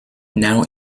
now